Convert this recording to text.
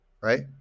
right